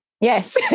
Yes